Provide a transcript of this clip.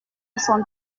son